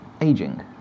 aging